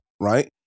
right